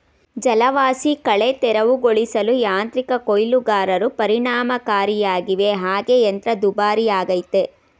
ಜಲವಾಸಿಕಳೆ ತೆರವುಗೊಳಿಸಲು ಯಾಂತ್ರಿಕ ಕೊಯ್ಲುಗಾರರು ಪರಿಣಾಮಕಾರಿಯಾಗವೆ ಹಾಗೆ ಯಂತ್ರ ದುಬಾರಿಯಾಗಯ್ತೆ